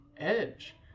Edge